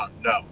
No